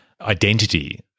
identity